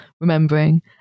remembering